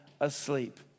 asleep